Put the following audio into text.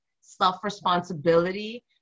self-responsibility